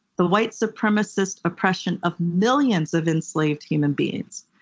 the white supremacist oppression of millions of enslaved human beings?